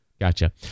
Gotcha